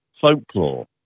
folklore